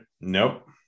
Nope